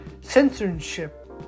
censorship